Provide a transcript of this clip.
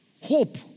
Hope